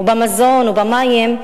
המזון והמים,